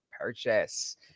purchase